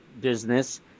business